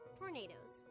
tornadoes